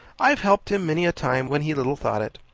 i've helped him many a time when he little thought it.